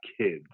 kids